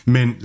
Men